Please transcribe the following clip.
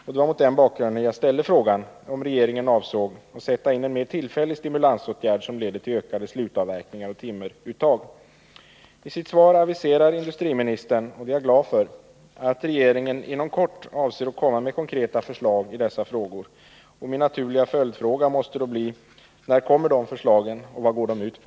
Och det var mot den bakgrunden jag ställde frågan om regeringen avsåg att sätta in en mer tillfällig stimulansåtgärd som leder till ökade slutavverkningar och timmeruttag. I sitt svar aviserar industriministern — och det är jag glad för — att regeringen inom kort avser att komma med konkreta förslag i dessa frågor. Min naturliga följdfråga måste då bli: När kommer de förslagen, och vad går de ut på?